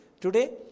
Today